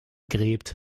gräbt